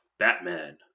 Batman